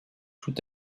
tout